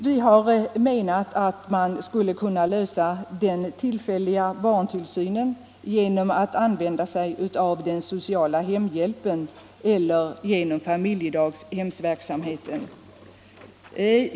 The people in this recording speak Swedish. Vi har menat att man skulle kunna lösa problemet med den tillfälliga barntillsynen genom att använda sig av den sociala hemhjälpen eller genom familjedaghemsverksamheten.